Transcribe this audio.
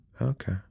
Okay